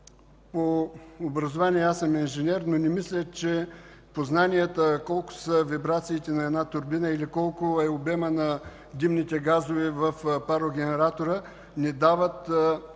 По образование аз съм инженер, но не мисля, че познанията колко са вибрациите на една турбина или колко е обемът на димните газове в парогенератора ни дават